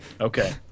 Okay